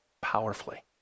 powerfully